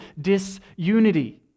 disunity